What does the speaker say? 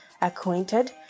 acquainted